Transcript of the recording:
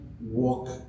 walk